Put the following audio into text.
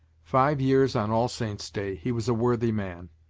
five years on all-saints' day. he was a worthy man.